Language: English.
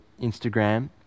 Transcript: Instagram